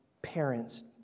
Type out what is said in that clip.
parents